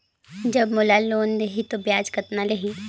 जब मोला लोन देही तो ब्याज कतना लेही?